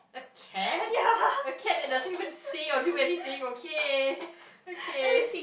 cat a cat that doesn't say or do anything okay okay